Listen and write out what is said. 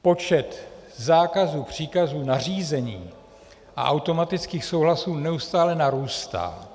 Počet zákazů, příkazů, nařízení a automatických souhlasů neustále narůstá.